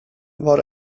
var